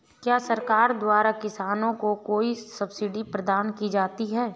क्या सरकार द्वारा किसानों को कोई सब्सिडी प्रदान की जाती है?